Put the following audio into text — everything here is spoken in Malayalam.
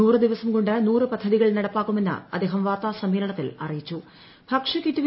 നൂറു ദിവസം കൊണ്ട് നൂറ് പദ്ധതികൾ നടപ്പാക്കുമെന്ന് അദ്ദേഹം വാർത്താസമ്മേളനത്തിൽ അറിയിച്ചു